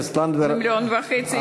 עם מיליון וחצי,